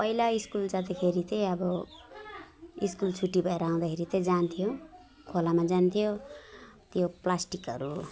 पहिला स्कुल जाँदाखेरि चाहिँ अब स्कुल छुट्टी भएर आउँदाखेरि चाहिँ जान्थ्यो खोलामा जान्थ्यो त्यो प्लास्टिकहरू